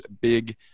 big